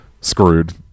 screwed